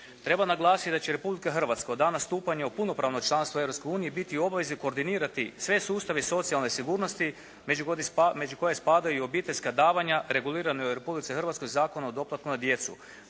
Treba naglasiti da će Republika Hrvatska od dana stupanja u punopravno članstvo Europske unije biti u obvezi koordinirati sve sustave socijalne sigurnosti među koje spadaju i obiteljska davanja regulirana u Republici Hrvatskoj Zakonom o doplatku na djecu.